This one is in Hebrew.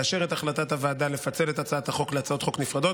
לאשר את החלטת הוועדה לפצל את הצעת החוק להצעות חוק נפרדות,